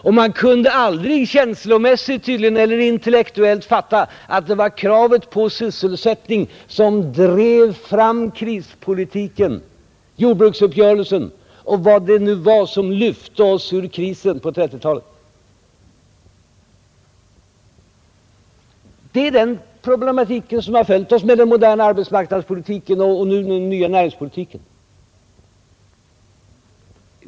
Man kunde tydligen aldrig känslomässigt eller intellektuellt fatta att det var kraven på sysselsättning som drev fram krispolitiken, jordbruksuppgörelsen och vad det nu var som lyfte oss ur krisen på 1930-talet. Det är den problematik som har följt oss med den moderna arbetsmarknadspolitiken och nu med den nya näringspolitiken.